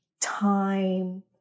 time